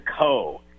co